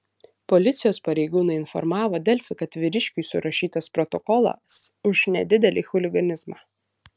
policijos pareigūnai informavo delfi kad vyriškiui surašytas protokolas už nedidelį chuliganizmą